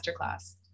masterclass